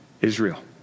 Israel